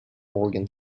organ